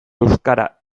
euskara